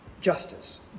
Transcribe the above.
Justice